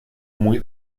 muy